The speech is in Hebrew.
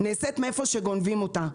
נעשית מאיפה שגונבים אותה.